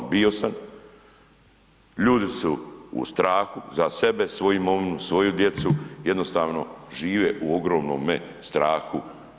Bio sam, ljudi su u strahu, za sebe, svoju imovinu, svoju djecu, jednostavno žive u ogromnome strahu.